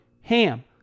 HAM